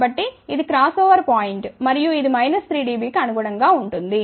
కాబట్టి ఇది cross over point మరియు ఇది మైనస్ 3 డిబి కి అనుగుణంగా ఉంటుంది